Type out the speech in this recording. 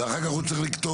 ואחר כך הוא צריך לכתוב.